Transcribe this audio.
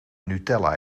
nutella